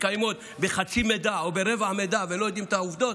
המתקיימות בחצי מידע או ברבע מידע ולא יודעים את העובדות,